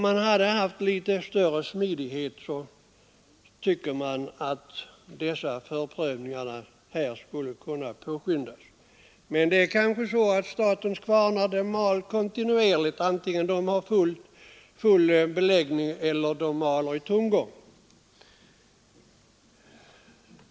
Man tycker att med litet mera smidighet skulle dessa förprövningar kunna påskyndas, men statens kvarnar mal kanske kontinuerligt i samma takt vare sig de har full beläggning eller går i tomgång.